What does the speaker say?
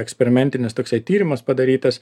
eksperimentinis toksai tyrimas padarytas